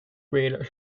while